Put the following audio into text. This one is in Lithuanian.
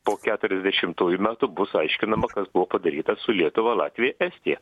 po keturiasdešimtųjų metų bus aiškinama kas buvo padaryta su lietuva latvija estija